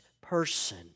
person